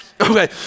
okay